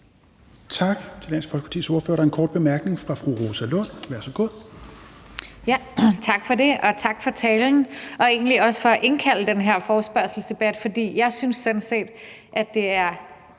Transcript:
Tak til Dansk Folkepartis ordfører. Der er en kort bemærkning fra fru Rosa Lund. Værsgo. Kl. 17:16 Rosa Lund (EL): Tak for det. Og tak for talen – og egentlig også for at indkalde til den her forespørgselsdebat. For jeg synes sådan set, at det er